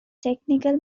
technical